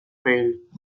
failed